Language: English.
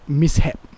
mishap